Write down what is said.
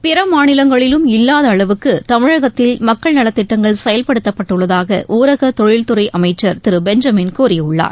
பிற மாநிலங்களிலும் இல்லாத அளவுக்கு தமிழகத்தில் மக்கள் நலத் திட்டங்கள் செயல்படுத்தப்பட்டுள்ளதாக ஊரக தொழில் துறை அமைச்சர் திரு பெஞ்சமின் கூறியுள்ளார்